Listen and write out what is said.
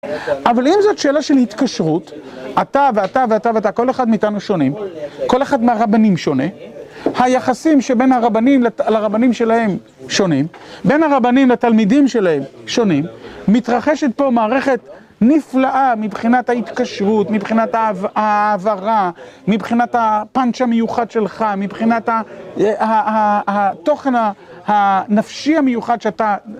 אבל אם זאת שאלה של התקשרות, אתה ואתה ואתה ואתה, כל אחד מאיתנו שונים, כל אחד מהרבנים שונה, היחסים שבין הרבנים לרבנים שלהם שונה, בין הרבנים לתלמידים שלהם שונים, מתרחשת פה מערכת נפלאה מבחינת ההתקשרות, מבחינת העברה, מבחינת הפאנץ' המיוחד שלך, מבחינת התוכן הנפשי המיוחד שאתה...